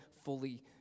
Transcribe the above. fully